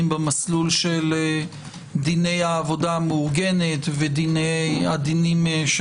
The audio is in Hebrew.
במסלול של דיני העבודה המאורגנת והדינים,